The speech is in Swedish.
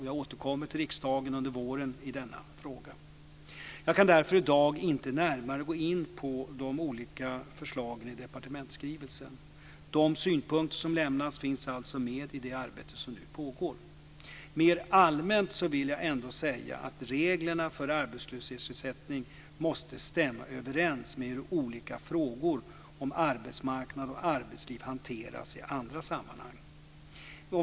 Jag återkommer till riksdagen under våren i denna fråga. Jag kan därför i dag inte närmare gå in på de olika förslagen i departementsskrivelsen. De synpunkter som lämnats finns alltså med i det arbete som nu pågår. Mer allmänt vill jag ändå säga att reglerna för arbetslöshetsersättning måste stämma överens med hur olika frågor om arbetsmarknad och arbetsliv hanteras i andra sammanhang.